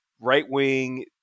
right-wing